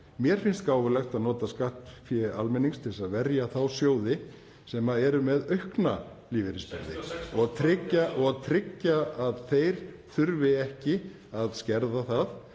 Mér finnst gáfulegt að nota skattfé almennings til að verja þá sjóði sem eru með aukna lífeyrisbyrði (JPJ: 66% …) og tryggja að þeir þurfi ekki að skerða það